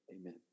Amen